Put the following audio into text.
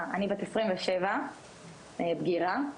אני בת 27, בגירה.